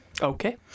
Okay